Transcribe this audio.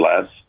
less